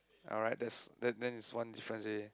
alright that's then then it's one difference already